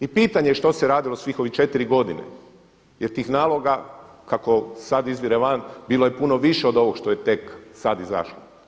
I pitanje je što se radilo svih ovih 4 godine jer tih naloga kako, sada izvire van, bilo je puno više od ovog što je tek sada izašlo.